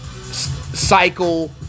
cycle